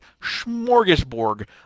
smorgasbord